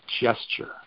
gesture